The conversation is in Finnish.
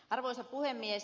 arvoisa puhemies